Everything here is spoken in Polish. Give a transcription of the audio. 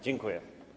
Dziękuję.